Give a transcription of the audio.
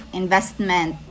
investment